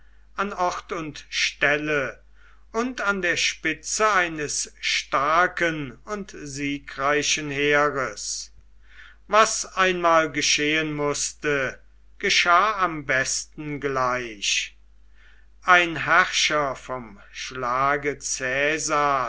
an ort und stelle und an der spitze eines starken und siegreichen heeres was einmal geschehen mußte geschah am besten gleich ein herrscher vom schlage